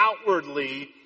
outwardly